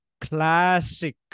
Classic